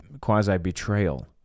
quasi-betrayal